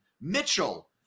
Mitchell